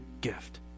gift